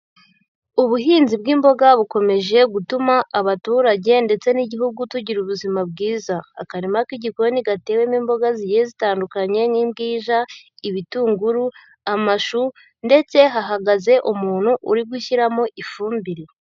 Ubuhinzi bw'imboga bukomeje gutuma abaturage ndetse n'Igihugu tugira ubuzima bwiza, akarima k'igikoni gatewemo imboga zigiye zitandukanye nk'imbwija, ibitunguru, amashu ndetse hahagaze umuntu uri gushyiramo ifumbire.